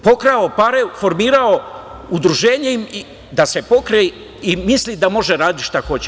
Pokrao pare, formirao udruženje i da se pokrije i misli da može raditi šta hoće.